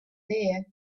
there